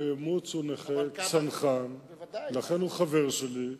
מוץ הוא נכה, צנחן, ולכן הוא חבר שלי.